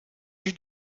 she